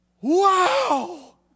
wow